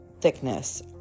thickness